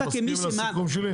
אתה מסכים לסיכום שלי?